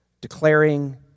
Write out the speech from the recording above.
declaring